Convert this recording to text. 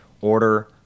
Order